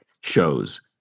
shows